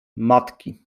matki